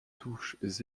touches